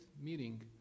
meeting